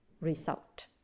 result